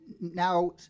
now